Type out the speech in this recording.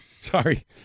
Sorry